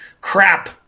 crap